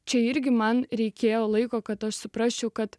čia irgi man reikėjo laiko kad aš suprasčiau kad